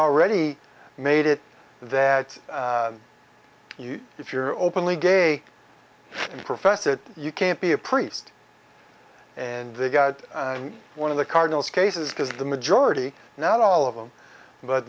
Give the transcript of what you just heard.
already made it that you if you're openly gay professor that you can't be a priest and they've got one of the cardinals cases because the majority now all of them but